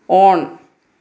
on